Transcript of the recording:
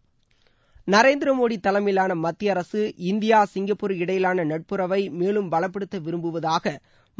Amit Shah Singapore Narendra Modi தலைமையிலான மத்திய அரசு இந்தியா சிங்கப்பூர் இடையிலான நட்புறவை மேலும் பலப்படுத்த விரும்புவதாக